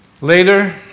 Later